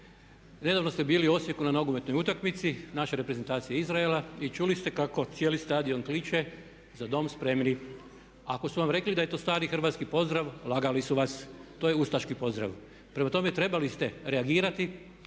nedavno ste bili u Osijeku na nogometnoj utakmici naše reprezentacije i Izraela i čuli ste kako cijeli stadion kliče za dom spremni. Ako su vam rekli da je to stari hrvatski pozdrav lagali su vas. To je ustaški pozdrav. Prema tome, trebali ste reagirati,